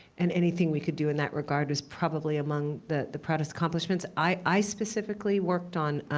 and anything we could do in that regard is probably among the the proudest accomplishments. i specifically worked on